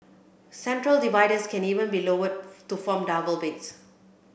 central dividers can even be lowered to form double beds